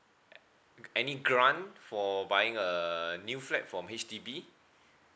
any grant for buying a new flat from H_D_B